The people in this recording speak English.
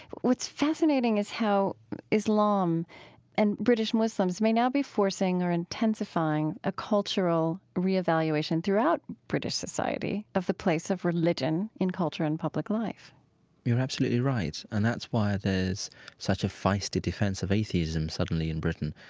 what's fascinating is how islam and british muslims may now be forcing or intensifying a cultural reevaluation throughout british society of the place of religion in culture and public life you're absolutely right and that's why there's such a feisty defense of atheism suddenly in britain.